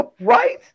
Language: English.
Right